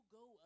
go